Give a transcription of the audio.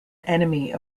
enemy